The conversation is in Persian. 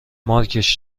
مارکش